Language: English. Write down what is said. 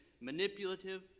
manipulative